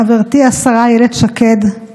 חברתי השרה אילת שקד,